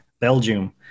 Belgium